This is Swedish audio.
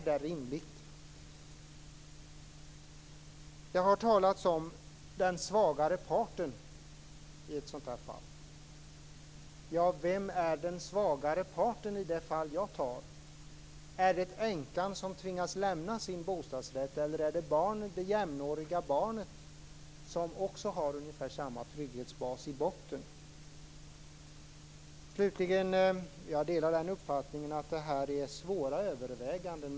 Det har talats om den svagare parten i ett sådant här fall. Ja, vem är den svagare parten i det exempel som jag gav? Är det änkan, som tvingas lämna sin bostadsrätt, eller är det det jämnåriga barnet, som har ungefär samma trygghetsbas? Slutligen: Jag delar uppfattningen att detta handlar om svåra överväganden.